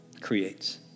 creates